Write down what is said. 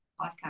podcast